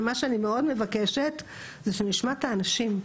ומה שאני מאוד מבקשת זה שנשמע את האנשים האלה.